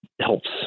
helps